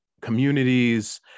communities